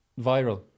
viral